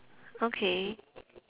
okay